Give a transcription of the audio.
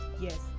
yes